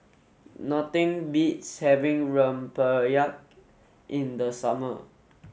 nothing beats having Rempeyek in the summer